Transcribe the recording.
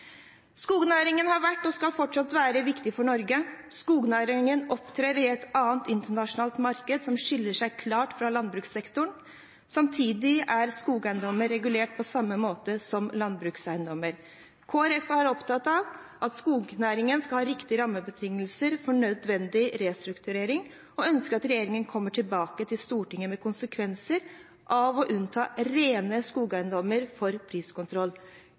Skognæringen har vært, og skal fortsatt være, viktig for Norge. Skognæringen opptrer i et annet internasjonalt marked, som skiller seg klart fra landbrukssektoren. Samtidig er skogeiendommer regulert på samme måte som landbrukseiendommer. Kristelig Folkeparti er opptatt av at skognæringen skal ha riktige rammebetingelser for nødvendig restrukturering, og ønsker at regjeringen kommer tilbake til Stortinget med konsekvensene av å unnta rene skogeiendommer fra priskontroll.